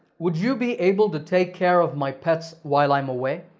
would you be able to take care of my pets while i'm away?